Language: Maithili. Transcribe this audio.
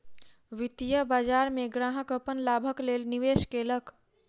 वित्तीय बाजार में ग्राहक अपन लाभक लेल निवेश केलक